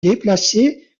déplacé